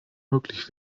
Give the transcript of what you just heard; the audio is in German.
möglich